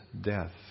death